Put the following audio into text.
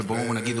ונגיד,